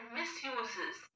misuses